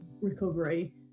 recovery